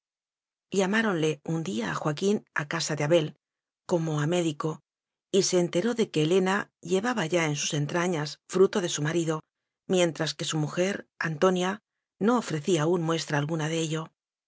llamáronle un día a joaquín a casa de abel como a médico y se enteró de que he lena llevaba ya en sus entrañas fruto de su marido mientras que su mujer antonia no ofrecía aún muestra alguna de ello